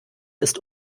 ist